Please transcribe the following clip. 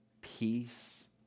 peace